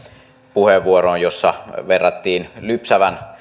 puheenvuoroon jossa verrattiin lypsävän